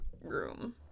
room